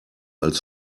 als